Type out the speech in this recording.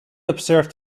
observed